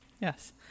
Yes